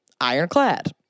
ironclad